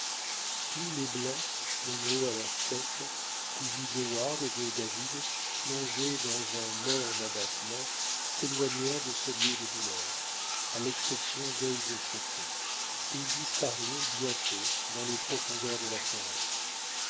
tous les blancs munro à leur tête suivi d'heyward et de david plongés dans un morne abattement s'éloignèrent de ce lieu de douleur à l'exception dœil de faucon et ils disparurent bientôt dans les profondeurs de la forêt